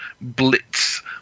blitz